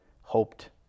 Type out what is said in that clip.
hoped